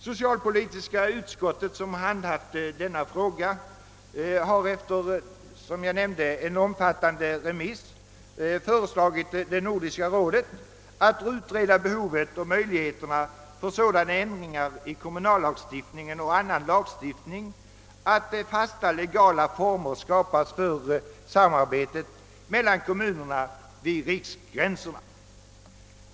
Socialpolitiska utskottet har haft hand om denna fråga och har efter ett omfattande remissförfarande = föreslagit Nordiska rådet att utreda behovet av och möjligheterna till sådana ändringar i kommunallagstiftning och annan lagstiftning, att fasta legala former skapas för samarbetet mellan kommunerna vid riksgränserna.